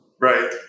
right